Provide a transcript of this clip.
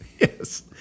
Yes